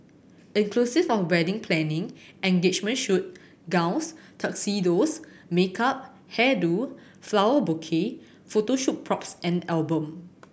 inclusive of wedding planning engagement shoot gowns tuxedos makeup hair do flower bouquet photo shoot props and album